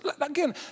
again